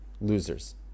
losers